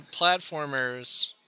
platformers